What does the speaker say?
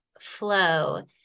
flow